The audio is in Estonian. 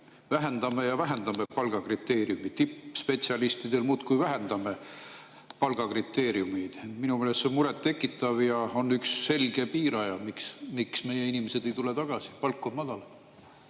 vähendame ja vähendame palgakriteeriumeid, tippspetsialistidel muudkui vähendame palgakriteeriumeid? Minu meelest on see muret tekitav. On üks selge piiraja, miks meie inimesed ei tule tagasi: palk on madal.